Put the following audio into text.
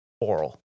oral